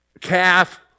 calf